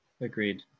Agreed